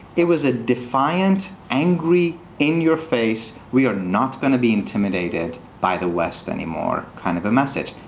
it was a defiant, angry, in your face, we are not going to be intimidated by the west anymore, kind of a message.